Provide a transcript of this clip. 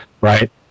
Right